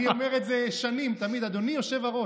אני אומר את זה שנים, תמיד, אדוני יושב-הראש.